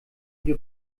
wir